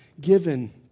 given